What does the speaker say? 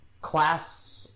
class